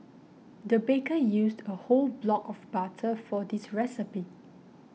the baker used a whole block of butter for this recipe